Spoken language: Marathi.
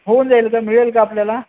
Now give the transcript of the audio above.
होऊन जाईल का मिळेल का आपल्याला